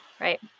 right